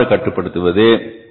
அதனை எவ்வாறு தடுப்பது